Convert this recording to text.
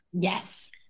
Yes